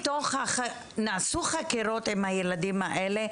נעשו חקירות עם הילדים האלה.